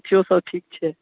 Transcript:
अथिओ सब ठीक छै